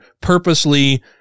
purposely